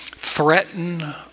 threaten